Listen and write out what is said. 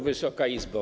Wysoka Izbo!